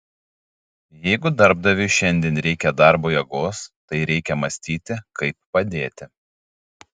jeigu darbdaviui šiandien reikia darbo jėgos tai reikia mąstyti kaip padėti